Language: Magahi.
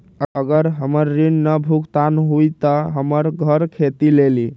अगर हमर ऋण न भुगतान हुई त हमर घर खेती लेली?